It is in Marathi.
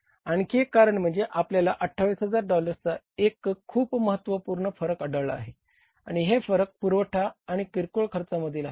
आणखी एक कारण म्हणजे आपल्याला 28000 डॉलर्सचा एक खूप महत्वपूर्ण फरक आढळला आहे आणि हे फरक पुरवठा आणि किरकोळ खर्चामधील आहे